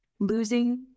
Losing